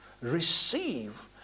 receive